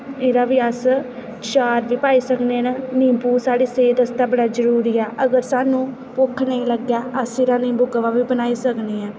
एह्दा बी अस चार बी पाई सकने न नींबू साढ़ी सेह्त आस्तै बड़ा जरूरी ऐ अगर सानूं भुक्ख नेईं लग्गै अस एह्दा नींबू काहवा बी बनाई सकने आं